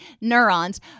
neurons